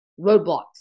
roadblocks